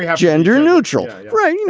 yeah gender neutral right.